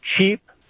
cheap